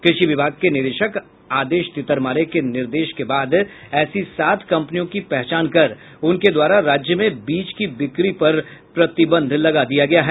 कृषि विभाग के निदेशक आदेश तितरमारे के निर्देश के बाद ऐसी सात कंपनियों की पहचान कर उनके द्वारा राज्य में बीज की बिक्री पर प्रतिबंध लगा दिया गया है